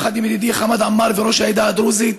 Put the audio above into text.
יחד עם ידידי חמד עמאר וראש העדה הדרוזית,